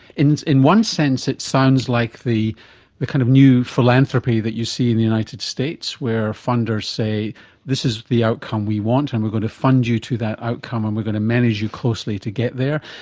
in in one sense it sounds like the the kind of new philanthropy that you see in the united states where funders say this is the outcome we want and we're going to fund you to that outcome and um we're going to manage you closely to get there,